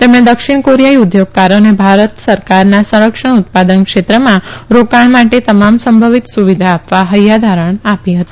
તેમણે દક્ષિણ કોરિયાઈ ઉદ્યોગકારોને ભારત સરકારના સંરક્ષણ ઉત્પાદન ક્ષેત્રમાં રોકાણ માટે તમામ સંભવિત સુવિધા આપવા હૈયા ધારણ મળી હતી